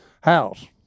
house